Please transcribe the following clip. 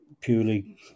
purely